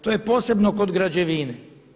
To je posebno kod građevine.